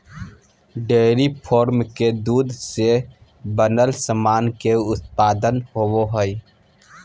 dairy farm से दूध से बनल सामान के उत्पादन होवो हय